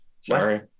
Sorry